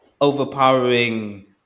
overpowering